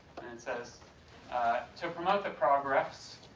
and it says to promote the progress,